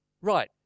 right